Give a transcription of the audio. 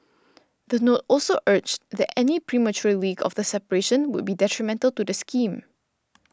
the note also urged that any premature leak of the separation would be detrimental to the scheme